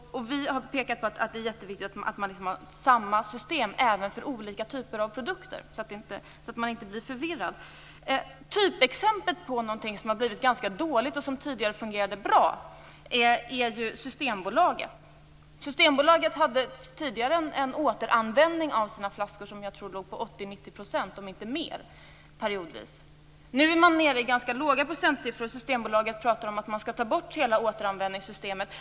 Vi har pekat på att det är jätteviktigt att ha samma system även för olika typer av produkter, så att konsumenten inte behöver bli förvirrad. Typexemplet på något som har blivit ganska dåligt och som tidigare fungerade bra är Systembolaget. Systembolaget hade tidigare en återanvändning av sina flaskor som periodvis låg på 80-90 %, om inte mer. Nu är man nere i ganska låga procentsiffror, och Systembolaget pratar om att ta bort hela återanvändningssystemet.